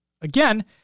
Again